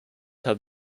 have